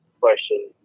question